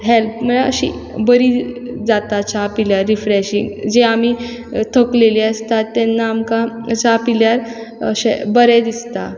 health म्हळ्यार अशी बरी जाता च्या पिल्यार रिफ्रेशींग जें आमी थकलेलीं आसता तेन्ना आमकां च्या पिल्यार अशें बरें दिसता